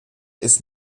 ist